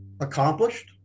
accomplished